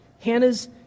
Hannah's